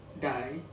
die